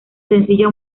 sencillo